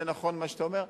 זה נכון מה שאתה אומר,